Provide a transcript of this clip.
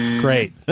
Great